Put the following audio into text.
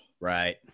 Right